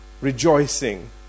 Rejoicing